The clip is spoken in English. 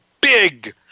big